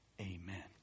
Amen